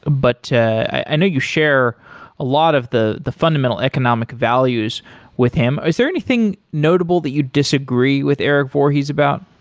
ah but i know you share a lot of the the fundamental economic values with him. is there anything notable that you disagree with erik voorhees about?